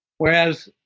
whereas,